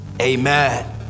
Amen